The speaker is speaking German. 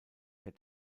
der